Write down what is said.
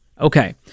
Okay